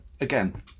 Again